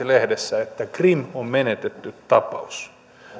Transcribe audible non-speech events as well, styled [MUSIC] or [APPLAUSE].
[UNINTELLIGIBLE] lehdessä että krim on menetetty tapaus